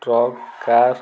truck car